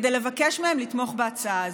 כדי לבקש מהן לתמוך בהצעה הזאת.